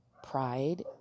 pride